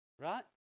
Right